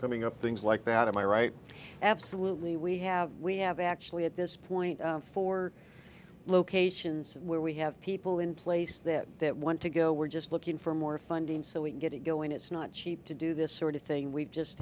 coming up things like that am i right absolutely we have we have actually at this point for locations where we have people in place that that want to go we're just looking for more funding so we can get it going it's not cheap to do this sort of thing we've just